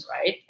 right